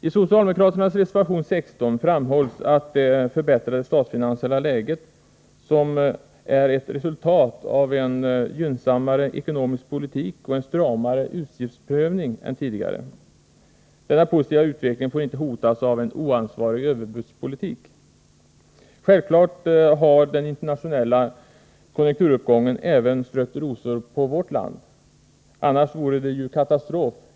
I socialdemokraternas reservation 16 framhålls att det förbättrade statsfinansiella läget är ett resultat av en gynnsammare ekonomisk politik och en stramare utgiftsprövning än tidigare. Denna positiva utveckling får inte hotas av en oansvarig överbudspolitik. Självfallet har den internationella konjunkturuppgången medfört att rosor strötts även över vårt land, annars vore det helt enkelt katastrof.